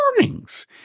warnings